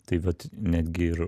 tai vat netgi ir